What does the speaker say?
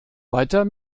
weiter